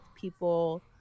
people